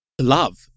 love